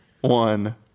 one